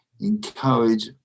encourage